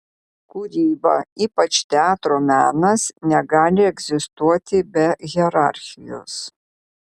kūryba ypač teatro menas negali egzistuoti be hierarchijos